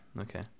okay